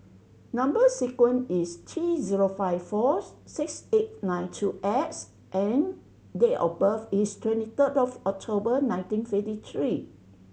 number sequence is T zero five fourth six eight nine two X and date of birth is twenty third of October nineteen fifty three